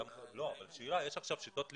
לא, אבל שאלה, יש עכשיו שיטות לימוד,